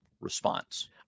response